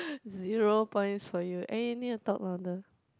zero points for you and you need to talk louder